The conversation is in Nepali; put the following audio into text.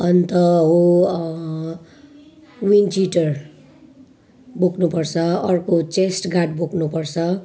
अन्त हो विन्ड चिटर बोक्नुपर्छ अर्को चेस्ट गार्ड बोक्नुपर्छ